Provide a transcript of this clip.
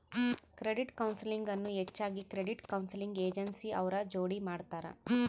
credit counselling ಅನ್ನು ಹೆಚ್ಚಾಗಿ credit counselling agency ಅವ್ರ ಜೋಡಿ ಮಾಡ್ತರ